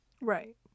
right